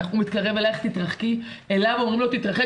הוא מתקרב אלייך' לו אומרים 'תתרחק',